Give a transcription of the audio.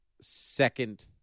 Second